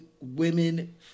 women